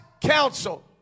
counsel